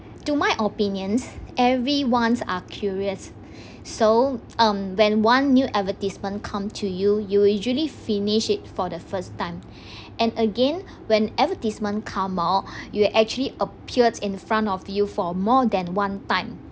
to my opinions everyone's are curious so um when one new advertisement come to you you usually finish it for the first time and again when advertisement come out you'd actually appeared in front of you for more than one time